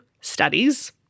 studies